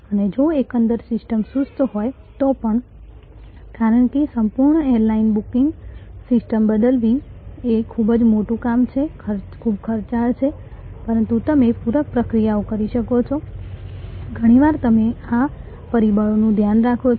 અને જો એકંદર સિસ્ટમ સુસ્ત હોય તો પણ કારણ કે સંપૂર્ણ એરલાઇન્સ બુકિંગ સિસ્ટમ બદલવી એ ખૂબ જ મોટું કામ છે ખૂબ ખર્ચાળ છે પરંતુ તમે પૂરક ક્રિયાઓ કરી શકો છો ઘણીવાર તમે આ પરિબળોનું ધ્યાન રાખો છો